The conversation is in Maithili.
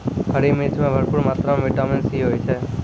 हरी मिर्च मॅ भरपूर मात्रा म विटामिन सी होय छै